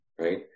right